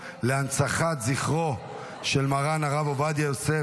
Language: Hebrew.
להנצחת זכרו של מרן הרב עובדיה יוסף,